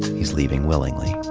he's leav ing willing ly.